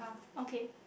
okay